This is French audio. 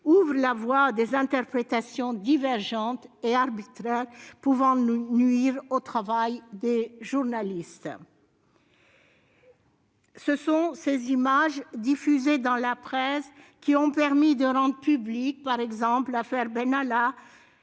ouvre la voie à des interprétations divergentes et arbitraires pouvant nuire au travail des journalistes. Ce sont ces images, diffusées dans la presse, qui ont permis de rendre publique, par exemple, l'affaire Benalla,